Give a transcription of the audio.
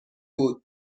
بود